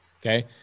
Okay